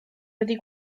wedi